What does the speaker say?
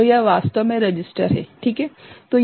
तो यह वास्तव में रजिस्टर है ठीक है